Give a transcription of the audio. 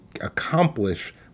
accomplish